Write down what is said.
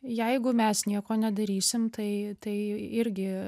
jeigu mes nieko nedarysim tai tai irgi